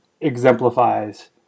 exemplifies